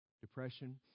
depression